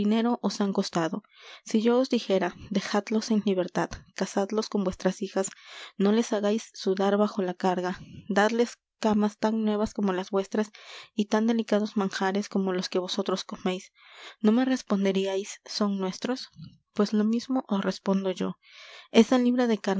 os han costado si yo os dijera dejadlos en libertad casadlos con vuestras hijas no les hagais sudar bajo la carga dadles camas tan nuevas como las vuestras y tan delicados manjares como los que vosotros comeis no me responderiais son nuestros pues lo mismo os respondo yo esa libra de